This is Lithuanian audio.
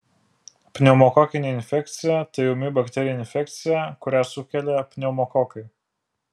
pneumokokinė infekcija tai ūmi bakterinė infekcija kurią sukelia pneumokokai